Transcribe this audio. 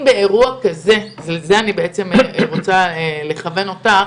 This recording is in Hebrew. לזה אני רוצה לכוון אותך.